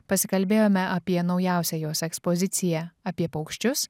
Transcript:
pasikalbėjome apie naujausią jos ekspoziciją apie paukščius